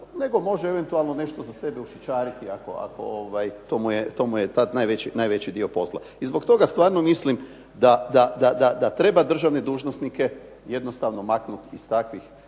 nego može eventualno za sebe nešto ušićariti ako to mu je tad najveći dio posla i zbog toga stvarno mislim da treba državne dužnosnike jednostavno maknuti iz takvih